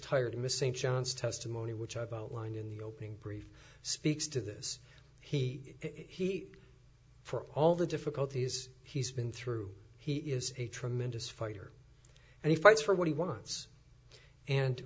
tired of missing johns testimony which i've outlined in the opening brief speaks to this he he for all the difficulties he's been through he is a tremendous fighter and he fights for what he wants and